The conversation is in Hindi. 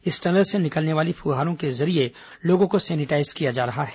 इस टनल से निकलने वाली फुहारों के जरिए लोगों को सेनेटाईज किया जा रहा है